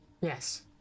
Yes